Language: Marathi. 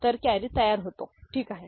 तर कॅरी तयार होते ठीक आहे